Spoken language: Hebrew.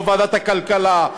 לא בוועדת הכלכלה,